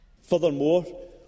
Furthermore